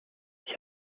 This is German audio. ich